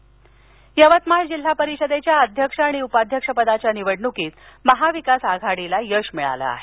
अध्यक्ष यवतमाळ यवतमाळ जिल्हा परिषदेच्या अध्यक्ष आणि उपाध्यपदाच्या निवडणुकीत महाविकास आघाडीला यश मिळालं आहे